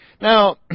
Now